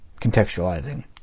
contextualizing